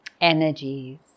energies